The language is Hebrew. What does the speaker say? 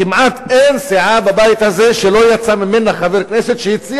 כמעט אין סיעה בבית הזה שלא יצא ממנה חבר כנסת שהציע